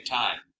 time